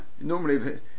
Normally